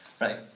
right